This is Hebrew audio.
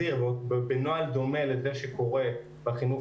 להחזיר בנוהל דומה לזה שקורה בחינוך